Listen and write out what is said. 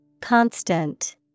Constant